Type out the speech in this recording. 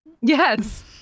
Yes